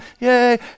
Yay